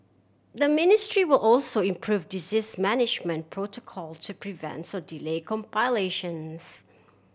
the ministry will also improve disease management protocol to prevent so delay complications